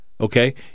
okay